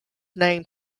named